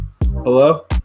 hello